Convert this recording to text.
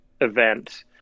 event